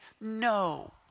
No